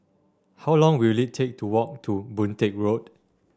how long will it take to walk to Boon Teck Road